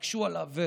והקשו עליו,